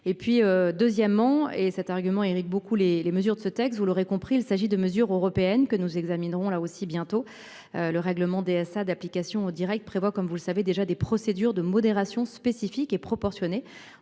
et puis deuxièmement et cet argument Éric beaucoup les, les mesures de ce texte, vous l'aurez compris, il s'agit de mesures européennes, que nous examinerons là aussi bientôt. Le règlement DSA d'application directe prévoit comme vous le savez déjà des procédures de modération spécifique et proportionnée,